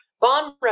bond